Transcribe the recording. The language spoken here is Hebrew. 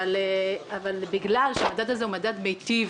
אבל, בגלל שזה מדד מיטיב,